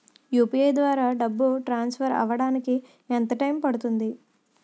UPI ద్వారా డబ్బు transfer అవ్వడానికి ఎంత టైం పడుతుంది?